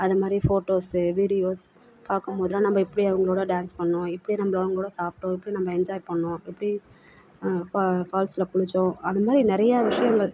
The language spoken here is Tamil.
அது மாதிரி ஃபோட்டோஸு வீடியோஸ் பார்க்கம் போதெலாம் நம்ம எப்படி அவர்களோட டான்ஸ் பண்ணிணோம் எப்படி நம்ம அவர்களோட சாப்பிட்டோம் எப்படி நம்ம என்ஜாய் பண்ணிணோம் எப்படி ஃபா ஃபால்ஸ்சில் குளித்தோம் அது மாதிரி நிறைய விஷயங்கள்